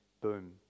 boom